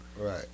Right